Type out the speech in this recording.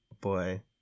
Boy